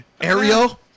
Ariel